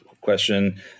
question